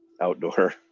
Outdoor